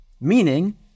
Meaning